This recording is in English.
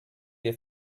your